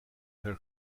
her